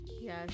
Yes